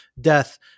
death